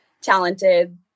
talented